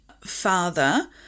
father